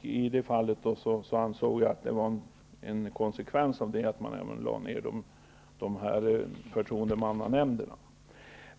Jag ansåg att det var som en konsekvens av detta som förtroendemannanämnderna